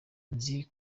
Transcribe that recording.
nzi